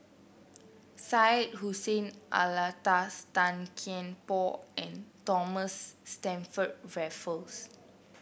Syed Hussein Alatas Tan Kian Por and Thomas Stamford Raffles